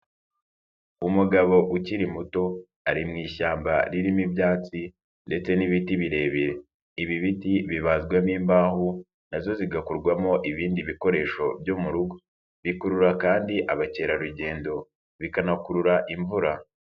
Umugabo ukiri muto ari mu ishyamba ririmo ibyatsi ndetse n'ibiti birebire, ibi biti bibazwamo imbaho, na zo zigakorwamo ibindi bikoresho byo mu rugo, bikurura kandi abakerarugendo bikanakurura imvura.